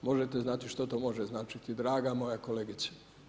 Možete znati što to može značiti draga moja kolegice.